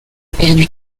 perdu